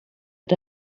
but